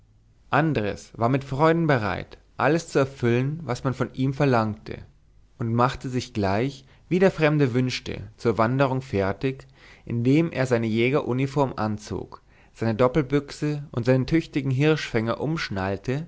andres war mit freuden bereit alles zu erfüllen was man von ihm verlangte und machte sich gleich wie es der fremde wünschte zur wanderung fertig indem er seine jägeruniform anzog seine doppelbüchse und seinen tüchtigen hirschfänger umschnallte